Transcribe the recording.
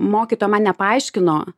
mokytoja man nepaaiškino